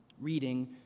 reading